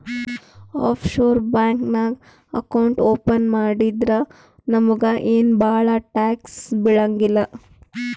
of sure bank ನಾಗ್ account open ಮಾಡಿದ್ರ ನಮುಗ ಏನ್ ಭಾಳ ಟ್ಯಾಕ್ಸ್ ಬೀಳಂಗಿಲ್ಲ